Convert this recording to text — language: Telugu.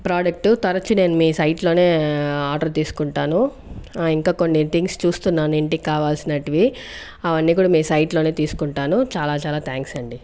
ప్రోడక్టు తరచు నేను మీ సైట్లోనే ఆర్డర్ తీసుకుంటాను ఇంకా కొన్ని థింగ్స్ చూస్తున్నాను ఇంటికి కావాల్సినటివి అవన్నీ కూడా మీ సైట్లోనే తీసుకుంటాను చాలా చాలా థ్యాంక్స్ అండి